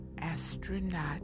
astronaut